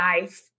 life